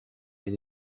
est